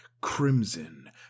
crimson